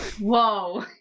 Whoa